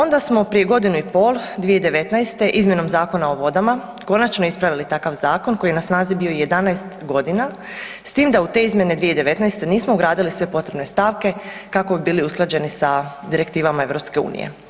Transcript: Onda smo prije godinu i pol 2019.-te izmjenom Zakona o vodama konačno ispravili takav zakon koji je na snazi bio 11 godina s tim da u te izmjene 2019.-te nismo ugradili sve potrebne stavke kako bi bili usklađeni sa direktivama EU.